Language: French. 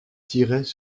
tiraient